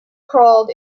crawled